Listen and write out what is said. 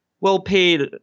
well-paid